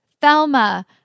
Thelma